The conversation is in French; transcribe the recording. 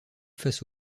face